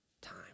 time